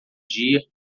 dia